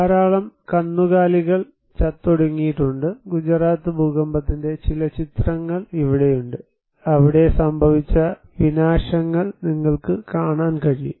ധാരാളം കന്നുകാലികൾ ചത്തൊടുങ്ങിയിട്ടുണ്ട് ഗുജറാത്ത് ഭൂകമ്പത്തിന്റെ ചില ചിത്രങ്ങൾ ഇവിടെയുണ്ട് അവിടെ സംഭവിച്ച വിനാശങ്ങൾ നിങ്ങൾക്ക് കാണാൻ കഴിയും